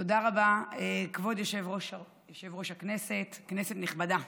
תודה רבה, כבוד יושב-ראש הישיבה, כנסת נכבדה,